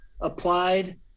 applied